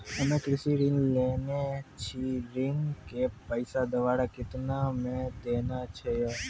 हम्मे कृषि ऋण लेने छी ऋण के पैसा दोबारा कितना दिन मे देना छै यो?